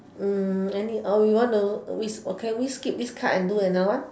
mm any or you want to ski~ or can we skip this card and do another one